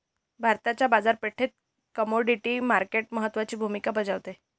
भारताच्या बाजारपेठेत commodity market महत्त्वाची भूमिका बजावते